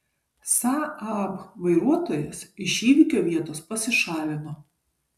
saab vairuotojas iš įvykio vietos pasišalino